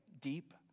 deep